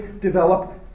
develop